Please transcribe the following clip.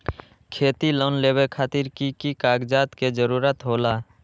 खेती लोन लेबे खातिर की की कागजात के जरूरत होला?